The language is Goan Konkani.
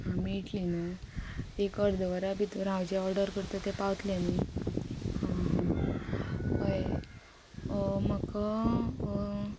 आं ळटली न्ही एक अर्दवरा भितर हांव जे ऑर्डर करता तें पावतले न्ही आं हां हय म्हाका